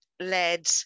led